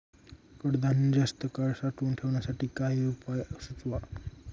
कडधान्य जास्त काळ साठवून ठेवण्यासाठी काही उपाय सुचवा?